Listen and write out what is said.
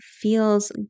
feels